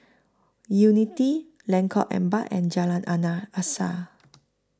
Unity Lengkong Empat and Jalan Anna Asas